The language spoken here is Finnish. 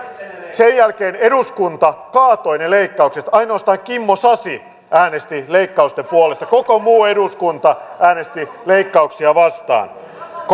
sen jälkeen eduskunta kaatoi ne leikkaukset ainoastaan kimmo sasi äänesti leikkausten puolesta koko muu eduskunta äänesti leikkauksia vastaan